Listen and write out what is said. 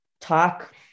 talk